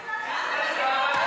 חאג'